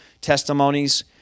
testimonies